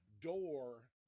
door